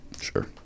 Sure